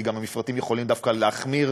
כי גם המפרטים יכולים דווקא להחמיר,